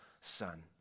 son